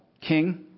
king